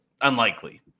unlikely